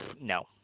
No